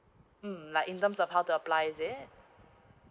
mm like in terms of how to apply is it